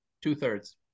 two-thirds